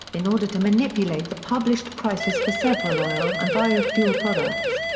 in order to manipulate the published prices for several oil and biofuel products.